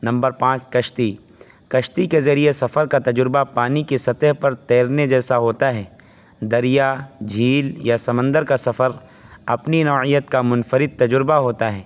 number پانچ کشتی کشتی کے ذریعہ سفر کا تجربہ پانی کے سطح پر تیرنے جیسا ہوتا ہے دریا جھیل یا سمندر کا سفر اپنی نوعیت کا منفرد تجربہ ہوتا ہے